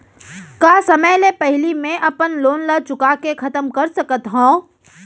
का समय ले पहिली में अपन लोन ला चुका के खतम कर सकत हव?